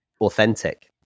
authentic